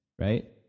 right